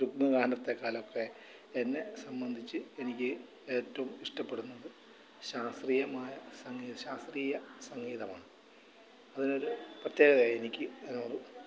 യുഗ്മഗാനത്തെക്കാളിലൊക്കെ എന്നെ സംബന്ധിച്ച് എനിക്ക് ഏറ്റവും ഇഷ്ടപ്പെടുന്നത് ശാസ്ത്രീയമായ സംഗീത ശാസ്ത്രീയ സംഗീതമാണ് അതിനൊരു പ്രത്യേകത എനിക്ക് അതിനോട്